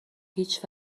هیچ